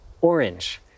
orange